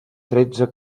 tretze